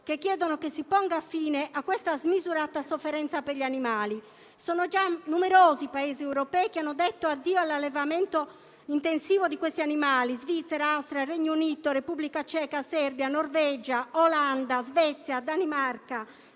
che chiedono che si ponga fine a questa smisurata sofferenza per gli animali. Sono già numerosi i Paesi europei che hanno detto addio all'allevamento intensivo di questi animali: Svizzera, Austria, Regno Unito, Repubblica Ceca, Serbia, Norvegia, Olanda, Svezia, Danimarca;